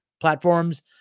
platforms